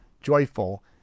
joyful